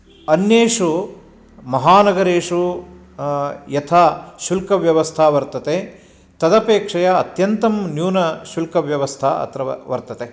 अन्येषु महानगरेषु यथा शुल्कव्यवस्था वर्तते तदपेक्षया अत्यन्तं न्यूनशुल्कव्यवस्था अत्र वर्तते